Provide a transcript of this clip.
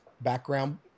background